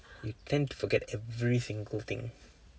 you tend to forget every single thing